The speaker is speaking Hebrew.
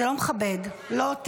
זה לא מכבד, לא אותי.